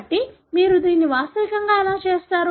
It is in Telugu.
కాబట్టి మీరు దీన్ని వాస్తవికంగా ఎలా చేస్తారు